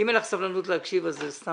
אם אין לך סבלנות להקשיב, אז זה סתם.